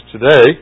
today